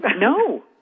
No